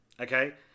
Okay